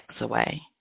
away